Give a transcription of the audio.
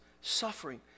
suffering